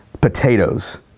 potatoes